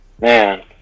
Man